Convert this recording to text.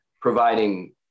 providing